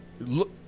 look